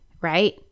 right